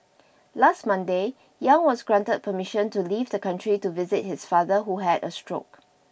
last Monday Yang was granted permission to leave the country to visit his father who had a stroke